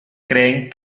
creen